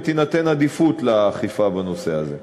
ותינתן עדיפות לאכיפה בנושא הזה.